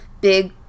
big –